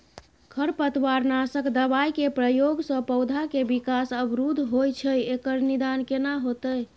खरपतवार नासक दबाय के प्रयोग स पौधा के विकास अवरुध होय छैय एकर निदान केना होतय?